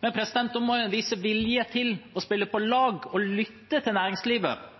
Men da må en vise vilje til å spille på lag med og lytte til næringslivet.